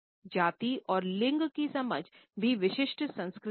जाति और लिंग की समझ भी विशिष्ट संस्कृति है